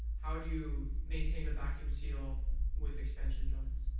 how do you maintain a vacuum seal with expansion joints?